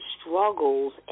struggles